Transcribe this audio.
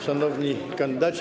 Szanowni Kandydaci!